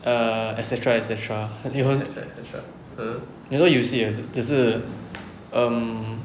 err etc etc 很有很很多游戏 eh 只是 um